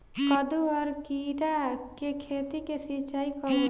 कदु और किरा के खेती में सिंचाई कब होला?